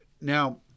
Now